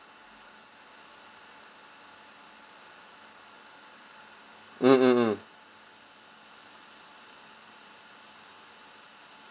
mm mm mm